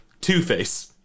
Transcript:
Two-Face